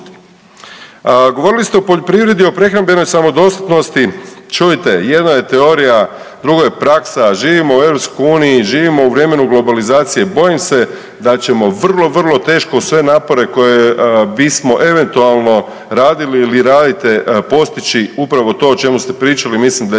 Govorili ste o poljoprivredi i o prehrambenoj samodostatnosti. Čujte jedno je teorija, drugo je praksa, živimo u EU, živimo u vremenu globalizacije, bojim se da ćemo vrlo vrlo teško uz sve napore koje bismo eventualno radili ili radite postići upravo to o čemu ste pričali, mislim da je